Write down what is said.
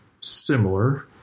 similar